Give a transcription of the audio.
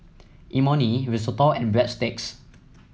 Imoni Risotto and Breadsticks